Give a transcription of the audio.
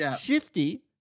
Shifty